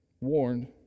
warned